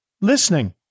listening